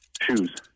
Shoes